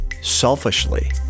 selfishly